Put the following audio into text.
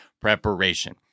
preparation